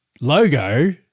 logo